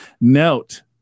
Note